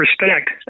respect